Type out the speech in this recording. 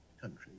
country